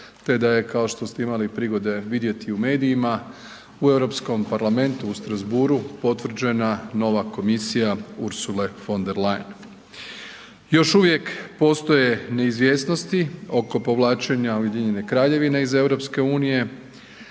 te da je kao što ste imali prigode vidjeti u medijima u Europskom parlamentu u Strasbourgu potvrđena nova komisija Ursule von der Leyen. Još uvijek postoje neizvjesnosti oko povlačenja Ujedinjene Kraljevine iz EU, vidjet